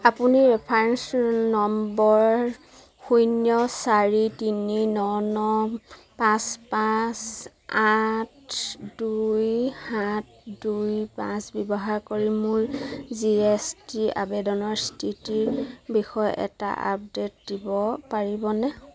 আপুনি reference number শূন্য চাৰি তিনি ন ন পাঁচ পাঁচ আঠ দুই সাত দুই পাঁচ ব্যৱহাৰ কৰি মোৰ জি এছ টি আবেদনৰ স্থিতিৰ বিষয়ে এটা আপডেট দিব পাৰিবনে